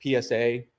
PSA